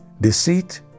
deceit